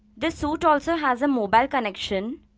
the suit also has a mobile connection